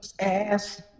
ass